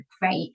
great